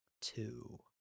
two